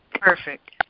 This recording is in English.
Perfect